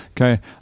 Okay